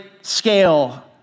scale